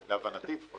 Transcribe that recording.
להבנתי לפחות.